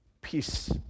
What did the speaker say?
peace